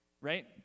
Right